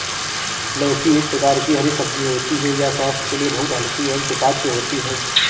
लौकी एक प्रकार की हरी सब्जी होती है यह स्वास्थ्य के लिए बहुत हल्की और सुपाच्य होती है